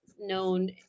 known